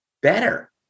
Better